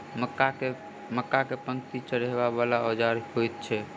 मक्का केँ पांति चढ़ाबा वला केँ औजार होइ छैय?